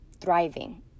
thriving